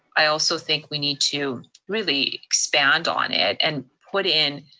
i also think we need to really expand on it, and put in